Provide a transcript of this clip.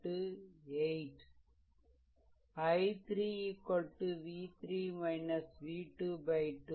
i3 v3 v2 2